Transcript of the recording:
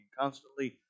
constantly